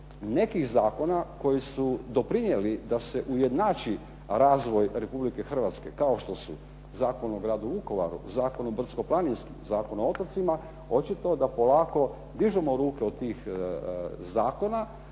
nekih zakona koji su doprinijeli da se ujednači razvoj RH kao što su Zakon o gradu Vukovaru, Zakon o brdsko-planinskim, Zakon o otocima, očito da polako dižemo ruke od tih zakona